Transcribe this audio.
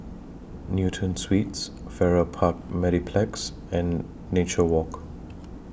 Newton Suites Farrer Park Mediplex and Nature Walk